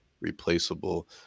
replaceable